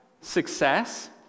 success